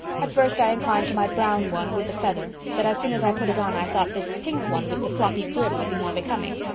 at first i inclined to my brown one with the feather but as soon as i put it on i thought this pink one with the floppy brim would be more becoming.